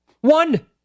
One